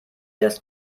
das